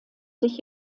sich